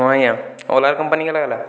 ହଁ ଆଜ୍ଞା Ola company କେ ଲାଗିଲା